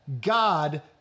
God